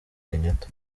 kenyatta